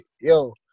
yo